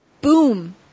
boom